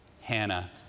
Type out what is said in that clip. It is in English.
Hannah